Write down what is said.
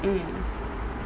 mm